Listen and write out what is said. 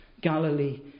Galilee